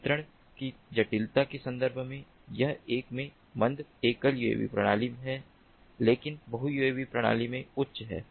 नियंत्रण की जटिलता के संदर्भ में यह एक में मंद एकल यूएवी प्रणाली है लेकिन बहु यूएवी प्रणाली में उच्च है